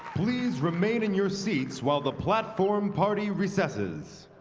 please remain in your seats while the platform party recesses.